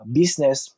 business